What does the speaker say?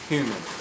Human